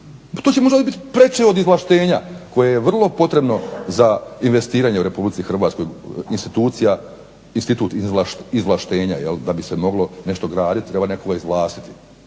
to će možda biti preče od izvlaštenja koje je vrlo potrebno za investiranje u RH institucija, institut izvlaštenja jel da bi se moglo nešto graditi treba nekoga izvlastiti.